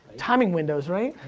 timing windows, right?